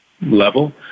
level